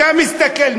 אתה מסתכל,